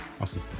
Awesome